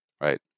right